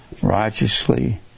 righteously